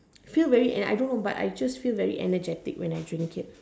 feel very eh I don't know I just feel very energetic when I drink it